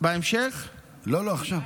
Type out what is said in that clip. לא עכשיו,